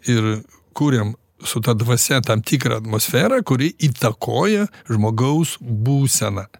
ir kuriam su ta dvasia tam tikrą atmosferą kuri įtakoja žmogaus būseną